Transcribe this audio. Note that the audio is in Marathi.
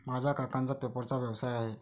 माझ्या काकांचा पेपरचा व्यवसाय आहे